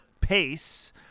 pace